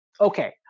okay